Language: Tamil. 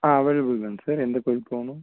ஆ அவைலபிள் தான் சார் எந்த கோவில் போகணும்